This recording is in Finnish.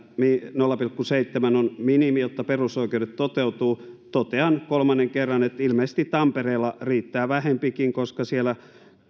nolla pilkku seitsemän on minimi jotta perusoikeudet toteutuvat totean kolmannen kerran että ilmeisesti tampereella riittää vähempikin koska siellä